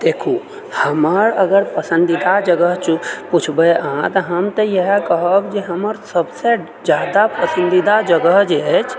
देखू हमर अगर पसन्दीदा जगह पूछबै अहाँ तऽ हम तऽ इएह कहब जे हमर सभसे ज्यादा पसन्दीदा जगह जे अछि